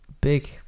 Big